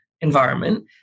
environment